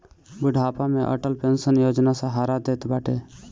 बुढ़ापा में अटल पेंशन योजना सहारा देत बाटे